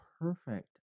perfect